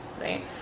right